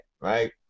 right